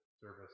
service